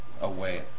away